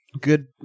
good